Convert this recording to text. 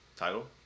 title